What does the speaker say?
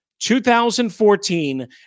2014